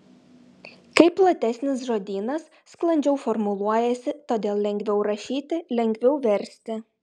kai platesnis žodynas sklandžiau formuluojasi todėl lengviau rašyti lengviau versti